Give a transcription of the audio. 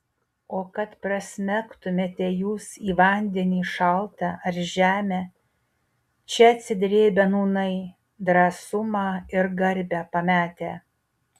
o kad prasmegtumėte jūs į vandenį šaltą ar žemę čia atsidrėbę nūnai drąsumą ir garbę pametę